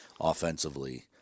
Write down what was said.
offensively